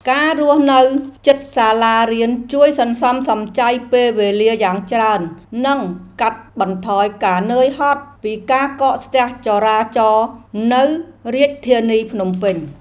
ការរស់នៅជិតសាលារៀនជួយសន្សំសំចៃពេលវេលាយ៉ាងច្រើន និងកាត់បន្ថយការនឿយហត់ពីការកកស្ទះចរាចរណ៍នៅរាជធានីភ្នំពេញ។